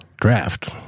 draft